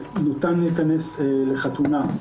ניתן להיכנס לחתונה,